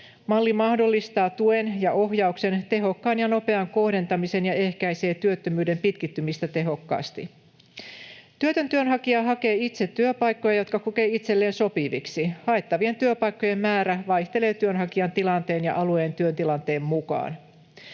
Malli mahdollistaa tuen ja ohjauksen tehokkaan ja nopean kohdentamisen ja ehkäisee työttömyyden pitkittymistä tehokkaasti. Työtön työnhakija hakee itse työpaikkoja, jotka kokee itselleen sopiviksi. Haettavien työpaikkojen määrä vaihtelee työnhakijan tilanteen ja alueen työtilanteen mukaan.